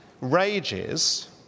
rages